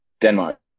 Denmark